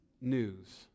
news